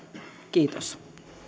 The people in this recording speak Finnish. kiitos